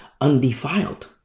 undefiled